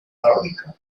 cantábrica